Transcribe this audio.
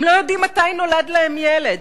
הם לא יודעים מתי נולד להם ילד,